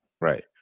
Right